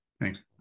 Thanks